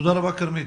תודה רבה כרמית.